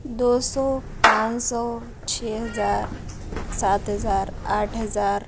دو سو پانچ سو چھ ہزار سات ہزار آٹھ ہزار